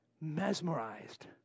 mesmerized